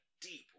deep